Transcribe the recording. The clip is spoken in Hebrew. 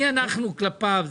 מי אנחנו כלפיו?